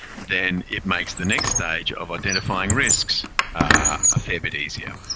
then it makes the next stage of identifying risks a fair bit easier.